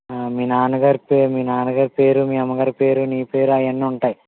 మీ నాన్నగారి పెరు మీ నాన్న గారి పేరు మీ అమ్మ గారి పేరు నీ పేరు అవన్నీ ఉంటాయి